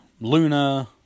Luna